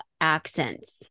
accents